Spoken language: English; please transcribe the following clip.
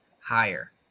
Higher